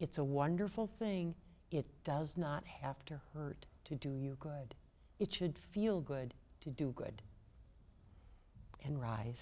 it's a wonderful thing it does not have to hurt to do you good it should feel good to do good and ri